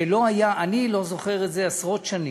אני לא זוכר את זה עשרות שנים.